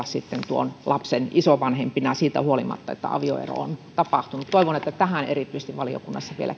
sitten lapsen isovanhempina siitä huolimatta että avioero on tapahtunut toivon että tähän erityisesti valiokunnassa vielä